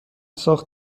ساخت